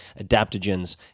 adaptogens